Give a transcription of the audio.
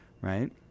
right